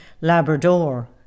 Labrador